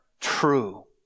true